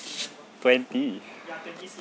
twenty